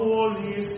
Holy